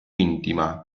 intima